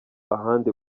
ahandi